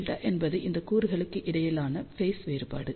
δ என்பது இந்த கூறுகளுக்கு இடையிலான ஃபேஸ் வேறுபாடு